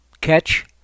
catch